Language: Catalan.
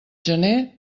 gener